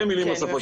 נוספות.